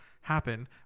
happen